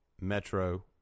Metro